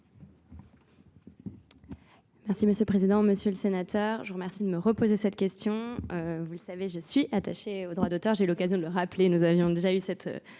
Merci Monsieur le Président, Monsieur le Sénateur, je remercie de me reposer cette question. Vous le savez, je suis attachée au droit d'auteur, j'ai eu l'occasion de le rappeler, nous avions déjà eu cette conversation